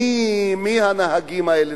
מי הנהגים האלה,